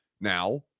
now